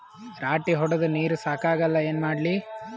ರಾಟಿ ಹೊಡದ ನೀರ ಸಾಕಾಗಲ್ಲ ಏನ ಮಾಡ್ಲಿ?